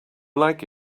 like